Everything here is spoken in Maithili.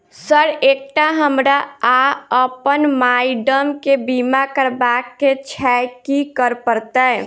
सर एकटा हमरा आ अप्पन माइडम केँ बीमा करबाक केँ छैय की करऽ परतै?